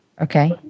Okay